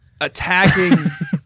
attacking